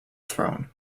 throne